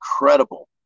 incredible